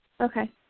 okay